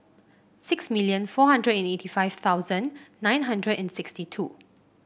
six million four hundred and eighty five thousand nine hundred and sixty two